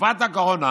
תקופת הקורונה